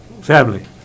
Family